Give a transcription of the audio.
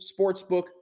Sportsbook